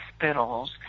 hospitals